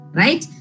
right